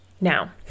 Now